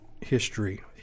history